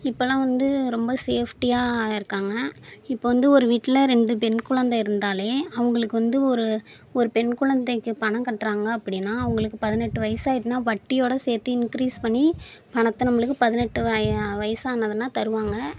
இப்போல்லாம் வந்து ரொம்ப ஷேஃப்டியாக இருக்காங்க இப்போ வந்து ஒரு வீட்டில் ரெண்டு பெண் குழந்தை இருந்தால் அவங்களுக்கு வந்து ஒரு ஒரு பெண் குழந்தைக்குப் பணம் கட்டுறாங்க அப்படினா அவங்களுக்குப் பதினெட்டு வயது ஆகிட்டுனா வட்டியோடு சேர்த்து இங்க்ரீஸ் பண்ணி பணத்தை நம்மளுக்குப் பதினெட்டு வய வயது ஆனதுனால் தருவாங்க